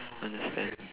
understand